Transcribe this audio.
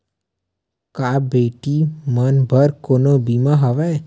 का बेटी मन बर कोनो बीमा हवय?